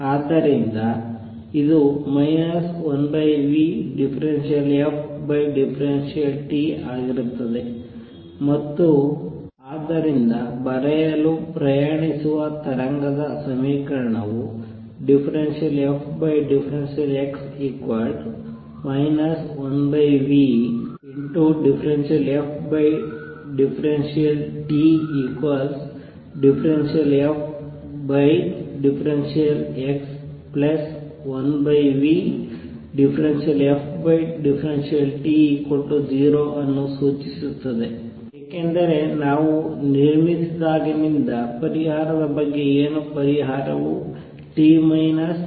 ಆದ್ದರಿಂದ ಇದು 1v∂f∂t ಆಗಿರುತ್ತದೆ ಮತ್ತು ಆದ್ದರಿಂದ ಬರೆಯಲು ಪ್ರಯಾಣಿಸುವ ತರಂಗದ ಸಮೀಕರಣವು ∂f∂x 1v∂f∂t ∂f∂x1v∂f∂t0 ಅನ್ನು ಸೂಚಿಸುತ್ತದೆ ಏಕೆಂದರೆ ನಾವು ನಿರ್ಮಿಸಿದಾಗಿನಿಂದ ಪರಿಹಾರದ ಬಗ್ಗೆ ಏನು ಪರಿಹಾರವು t ಮೈನಸ್ xvx ನಿಂದ v ಆಗಿರುತ್ತದೆ